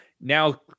Now